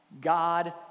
God